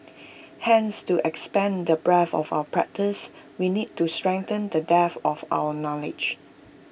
hence to expand the breadth of our practice we need to strengthen the depth of our knowledge